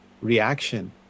reaction